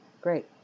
Great